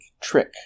trick